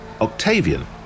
Octavian